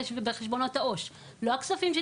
בחשבונות העו"ש לא הכספים הסגורים,